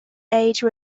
age